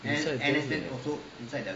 inside the group